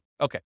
Okay